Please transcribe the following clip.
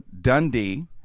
dundee